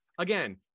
Again